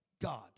God